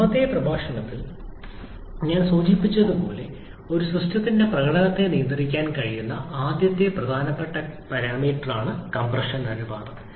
മുമ്പത്തെ പ്രഭാഷണത്തിൽ ഞാൻ സൂചിപ്പിച്ചതുപോലെ ഒരു സിസ്റ്റത്തിന്റെ പ്രകടനത്തെ നിയന്ത്രിക്കാൻ കഴിയുന്ന ആദ്യത്തെ ഏറ്റവും പ്രധാനപ്പെട്ട പാരാമീറ്ററാണ് കംപ്രഷൻ അനുപാതം